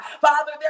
Father